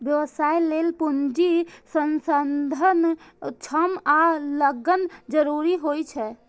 व्यवसाय लेल पूंजी, संसाधन, श्रम आ लगन जरूरी होइ छै